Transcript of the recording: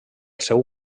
seu